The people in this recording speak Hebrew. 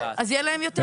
יהיה להם יותר קל.